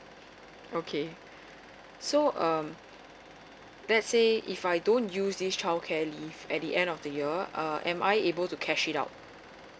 okay so um let's say if I don't use this childcare leave at the end of the year uh am I able to cash it out